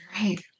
Right